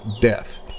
death